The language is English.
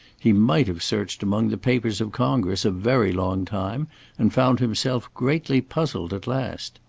he might have searched among the papers of congress a very long time and found himself greatly puzzled at last.